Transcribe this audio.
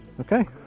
okay.